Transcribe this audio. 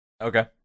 Okay